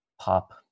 pop